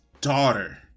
daughter